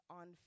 on